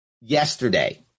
yesterday